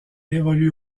évolue